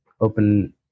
open